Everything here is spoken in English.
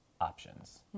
Options